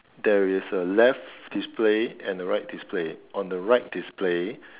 there is a left display and a right display on the right display